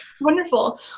Wonderful